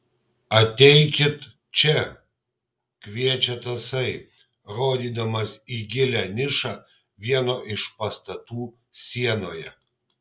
ateikit čia kviečia tasai rodydamas į gilią nišą vieno iš pastatų sienoje